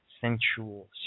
sensual